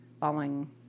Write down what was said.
following